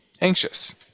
anxious